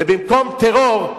ובמקום טרור,